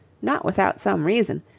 not without some reason,